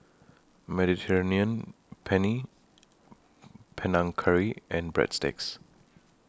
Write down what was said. Mediterranean Penne Panang Curry and Breadsticks